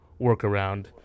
workaround